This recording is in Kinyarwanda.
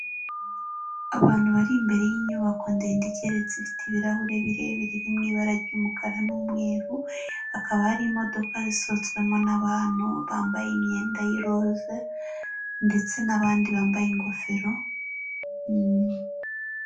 Abantu bari imbere y'inyubako ndende igeretse ifite ibirahure birebire iri mu ibara ry'umukara n'umweru, hakaba hari imodoka zisohotswemo n'abantu bambaye imyenda y'iroza ndetse n'abandi bambaye ingofero...